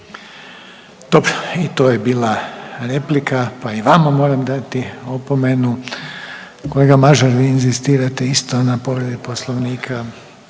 Dobro i to je bila replika pa i vama moram dati opomenu. Kolega Mažar, vi inzistirate isto na povredi Poslovnika.